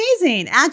amazing